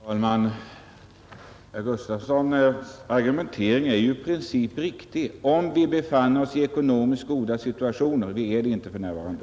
Fru talman! Herr Gustafsons argumentering skulle i princip vara riktig om vi befann oss i en ekonomiskt god situation, men det gör vi inte för närvarande.